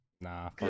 Nah